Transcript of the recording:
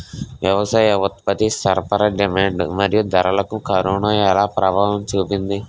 వ్యవసాయ ఉత్పత్తి సరఫరా డిమాండ్ మరియు ధరలకు కరోనా ఎలా ప్రభావం చూపింది